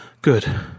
Good